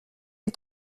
est